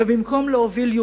ובמקום להוביל,